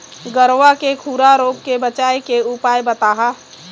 गरवा के खुरा रोग के बचाए के उपाय बताहा?